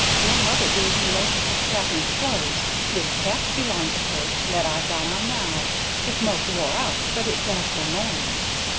your mother gave me most of miss katharine's clothes this cap belonged to her, that i've got on now it's most wore out, but it does for mornings.